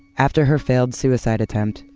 after her failed suicide attempt,